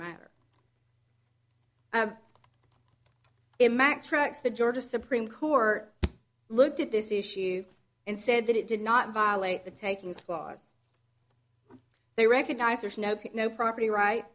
georgia supreme court looked at this issue and said that it did not violate the takings clause they recognize there's no no property right